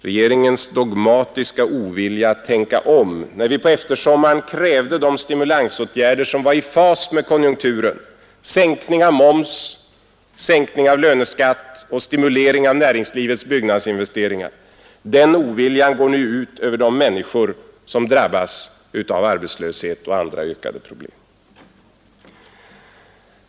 Regeringens dogmatiska ovilja att tänka om när vi på eftersommaren krävde de stimulansåtgärder som var i fas med konjunkturen — sänkning av moms, sänkning av löneskatt och stimulering av näringslivets byggnadsinvesteringar — den oviljan går nu ut över de människor som drabbas av arbetslöshet och andra ökade problem.